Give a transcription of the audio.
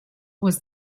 was